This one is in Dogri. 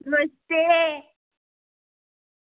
नमस्ते